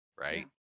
right